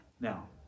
Now